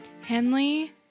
Henley